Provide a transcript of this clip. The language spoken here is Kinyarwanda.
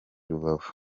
bukavu